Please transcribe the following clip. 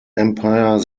empire